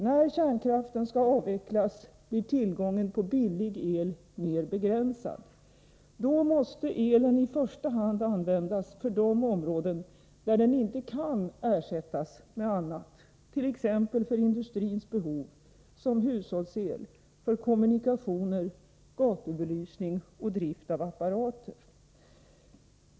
När kärnkraften skall avvecklas blir tillgången på billig el mera begränsad. Då måste elen i första hand användas för de områden där den inte kan ersättas med annat —t.ex. för industrins behov, som hushållsel, för kommunikationer, gatubelysning och drift av apparater.